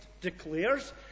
declares